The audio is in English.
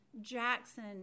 Jackson